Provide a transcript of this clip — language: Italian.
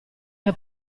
che